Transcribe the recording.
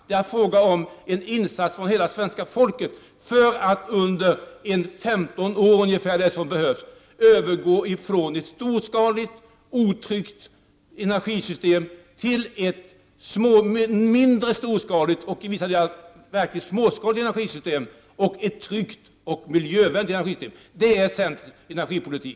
Det är fråga om en insats från hela svenska folket för att under en period på ca 15 år övergå från ett storskaligt, otryggt energisystem till ett mindre storskaligt och i vissa delar verkligt småskaligt energisystem. Det är både trygga och miljövänliga energisystem. Sådan är centerns energipolitik.